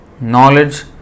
Knowledge